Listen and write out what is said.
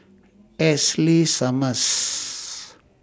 Ashley Summers